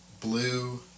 blue